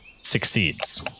succeeds